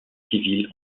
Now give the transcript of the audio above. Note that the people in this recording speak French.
civils